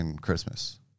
Christmas